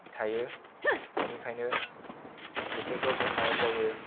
थायो बिनिखायनो बिसोरखौ दोननाय जायो